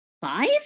Five